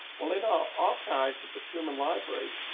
well and archives at the truman library.